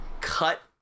cut